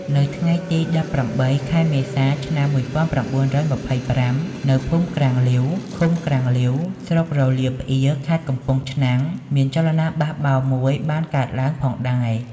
នៅថ្ងៃទី ១៨ ខែមេសា ឆ្នាំ ១៩២៥ នៅភូមិក្រាំងលាវ ឃុំក្រាំងលាវ ស្រុករលាប្អៀរ ខេត្តកំពង់ឆ្នាំង មានចលនាបះបោរមួយបានកើតឡើងផងដែរ។